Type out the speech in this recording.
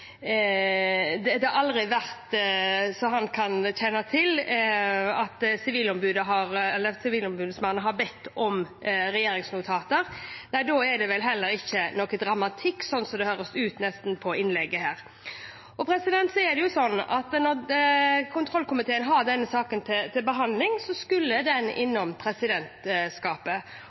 på at Sivilombudsmannen aldri, som han kjenner til, har bedt om regjeringsnotater. Nei, da er det vel heller ingen dramatikk, slik det nesten høres ut til på innlegget her. Så er det jo slik at når kontrollkomiteen har denne saken til behandling, skal den innom presidentskapet,